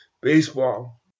baseball